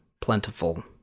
plentiful